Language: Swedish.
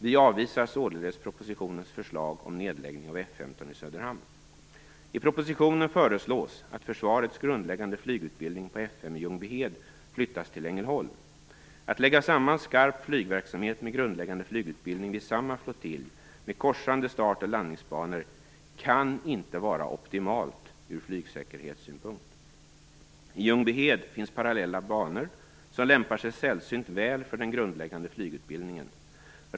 Vi avvisar således propositionens förslag om nedläggning av F 15 i Ängelholm. Att lägga samman "skarp" flygverksamhet med grundläggande flygutbildning vid samma flottilj med korsande start och landningsbanor kan inte vara optimalt från flygsäkerhetssynpunkt. I Ljungbyhed finns parallella banor, som lämpar sig sällsynt väl för den grundläggande flygutbildningen.